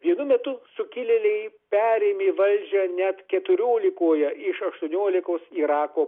vienu metu sukilėliai perėmė valdžią net keturiolikoje iš aštuoniolikos irako